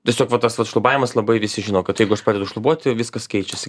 tiesiog va tas vat šlubavimas labai visi žino kad jeigu aš pradedu šlubuoti viskas keičiasi